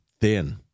thin